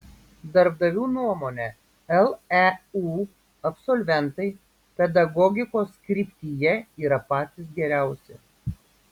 darbdavių nuomone leu absolventai pedagogikos kryptyje yra patys geriausi